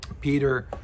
Peter